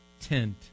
tent